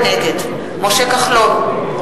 נגד משה כחלון,